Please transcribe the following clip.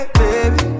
baby